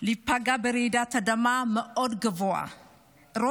להיפגע ברעידת אדמה גבוה מאוד.